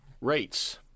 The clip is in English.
rates